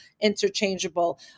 interchangeable